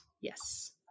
Yes